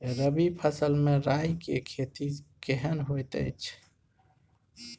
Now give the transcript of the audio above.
रबी फसल मे राई के खेती केहन होयत अछि?